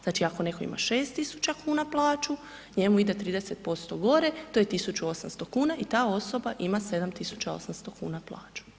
Znači ako neko ima 6.000 kuna plaću njemu ide 30% gore to je 1.800 kuna i ta osoba ima 7.800 kuna plaću.